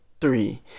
three